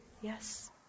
Yes